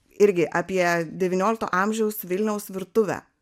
irgi apie devyniolikto amžiaus vilniaus virtuvę